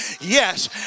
Yes